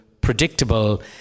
predictable